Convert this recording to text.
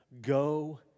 go